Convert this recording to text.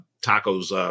Taco's